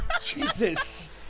Jesus